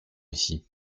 ici